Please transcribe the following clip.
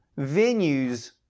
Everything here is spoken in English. venues